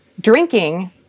drinking